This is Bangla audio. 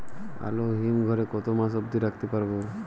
আলু হিম ঘরে কতো মাস অব্দি রাখতে পারবো?